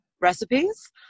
recipes